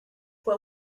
what